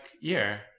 year